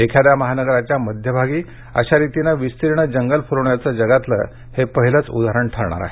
एखाद्या महानगराच्या मध्यभागी अशा रीतीनं विस्तीर्ण जंगल फुलवण्याचं जगातलं हे पहिलेच उदाहरण ठरणार आहे